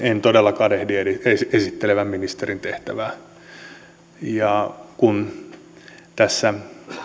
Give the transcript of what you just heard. en todella kadehdi esittelevän ministerin tehtävää kun tässä